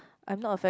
I'm not a fan